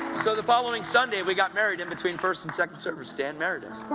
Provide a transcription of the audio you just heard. so the following sunday, we got married in between first and second service dan married us.